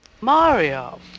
Mario